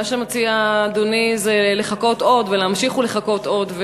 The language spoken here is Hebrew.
מה שמציע אדוני זה לחכות עוד ולהמשיך ולחכות עוד.